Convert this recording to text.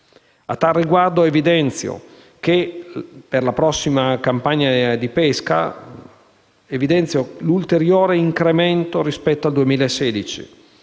Al riguardo evidenzio, per la prossima campagna di pesca, l'ulteriore incremento, rispetto al 2016,